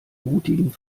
mutigen